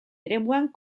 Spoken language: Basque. eremuan